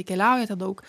keliaujate daug